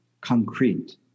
concrete